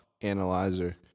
analyzer